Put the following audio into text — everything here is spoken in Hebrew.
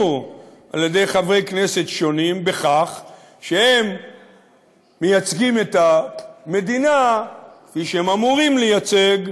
על-ידי חברי כנסת שונים שהם מייצגים את המדינה כפי שהם אמורים לייצג,